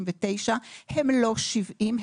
הם לא 70,